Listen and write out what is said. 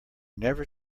never